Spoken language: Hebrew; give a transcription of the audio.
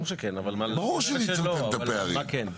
ברור שהיא תצמצם את הפערים.